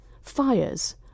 fires